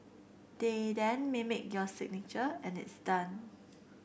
they then mimic your signature and it's done